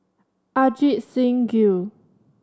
Ajit Singh Gill